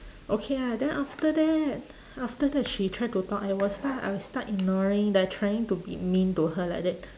okay ah then after that after that she try to talk I will start I will start ignoring they're trying to be mean to her like that